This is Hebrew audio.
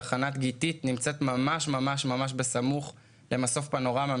תחנת גיתית נמצאת ממש בסמוך למסוף פנורמה.